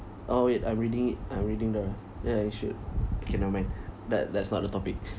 oh wait I'm reading it I'm reading now ya you should okay never mind that that's not the topic